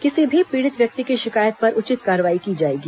किसी भी पीडि़त व्यक्ति की शिकायत पर उचित कार्रवाई की जाएगी